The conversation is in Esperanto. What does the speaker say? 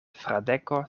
fradeko